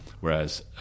Whereas